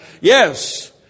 Yes